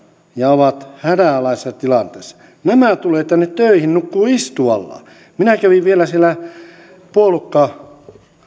ja ovat hädänalaisessa tilanteessa nämä tulevat tänne töihin ja nukkuvat istuallaan minä kävin vielä siellä katsomassa